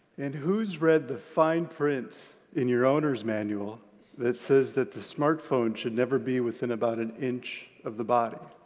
and who's read the fine prints in your owner's manual that says that the smartphone should never be within about an inch of the body?